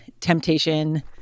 temptation